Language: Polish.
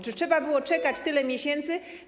Czy trzeba było czekać tyle miesięcy?